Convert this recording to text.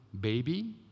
baby